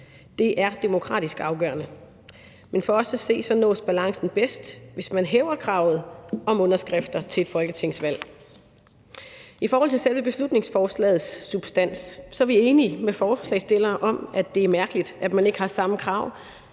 Det er demokratisk afgørende. Men for os at se nås balancen bedst, hvis man hæver kravet om underskrifter til et folketingsvalg. I forhold til selve beslutningsforslagets substans er vi enige med forslagsstillerne om, at det er mærkeligt, at man ikke har samme krav